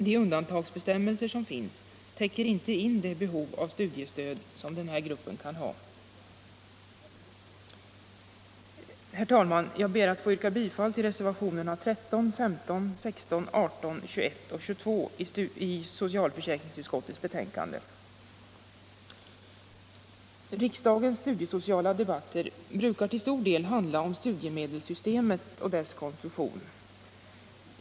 De undantagsbestämmelser som finns täcker inte in det behov av studiestöd som denna grupp kan ha. Herr talman! Jag ber att få yrka bifall till reservationerna 13, 15, 16, 18, 21 och 22 vid socialförsäkringsutskottets betänkande. Riksdagens studiesociala debatter brukar till stor del handla om studiemedelssystemet och dess konstruktion.